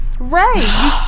Ray